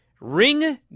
Ring